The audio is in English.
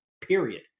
period